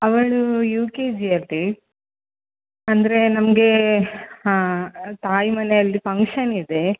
ಅವಳು U K ಜಿಯಲ್ಲಿ ಅಂದರೆ ನಮಗೆ ಹಾಂ ತಾಯಿಮನೆಯಲ್ಲಿ ಫಂಕ್ಷನಿದೆ